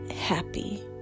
happy